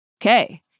Okay